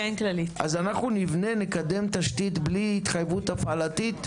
אז אנחנו נבנה, נקדם תשתית בלי התחייבות הפעלתית?